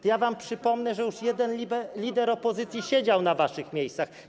To ja wam przypomnę, że już jeden lider opozycji siedział na waszych miejscach.